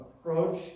approach